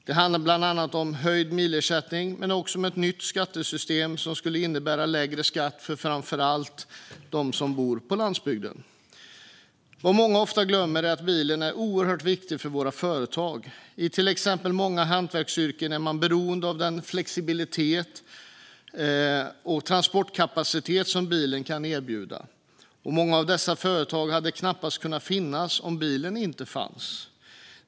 Det handlar bland annat om höjd milersättning men också om ett nytt skattesystem som skulle innebära lägre skatt för framför allt dem som bor på landsbygden. Vad många ofta glömmer är att bilen är oerhört viktig för våra företag. I till exempel många hantverkaryrken är man beroende av den flexibilitet och transportkapacitet som bilen kan erbjuda. Många av dessa företag hade knappast kunnat finnas om bilen inte fanns.